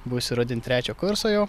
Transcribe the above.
būsiu ruden trečio kurso jau